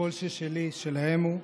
שכל ששלי שלהם הוא,